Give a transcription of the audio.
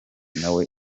nawe